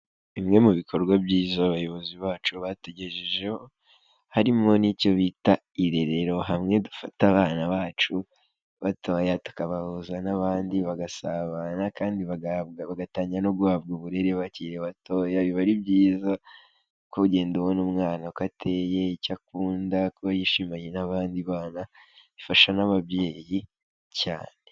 Bimwe mu bikorwa byiza abayobozi bacu batugejejeho, harimo n'icyo bita irerero, hamwe dufa abana bacu batoya tukabahuza n'abandi bagasabana, kandi bagatangira no guhabwa uburere bakiri batoya, biba ari byiza kugenda ubona umwana uko ateye, icyo akunda, kuko iyo yishimanye n'abandi bana, bifasha n'ababyeyi cyane.